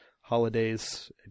holidays